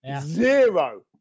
Zero